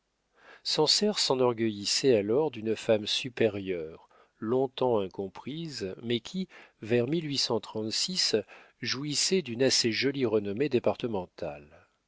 sancerre s'enorgueillissait alors d'une femme supérieure long-temps incomprise mais qui vers jouissait d'une assez jolie renommée départementale